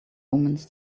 omens